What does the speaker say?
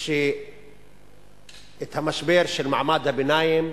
את המשבר של מעמד הביניים,